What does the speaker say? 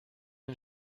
den